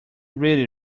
read